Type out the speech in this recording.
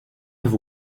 have